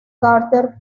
gardner